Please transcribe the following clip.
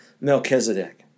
Melchizedek